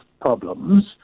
problems